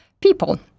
people